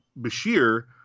Bashir